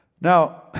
Now